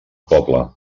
poble